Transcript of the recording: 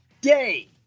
day